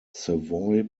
savoy